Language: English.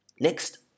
Next